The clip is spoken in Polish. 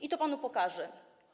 i to panu pokażę.